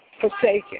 forsaken